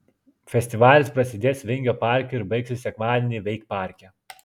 festivalis prasidės vingio parke ir baigsis sekmadienį veikparke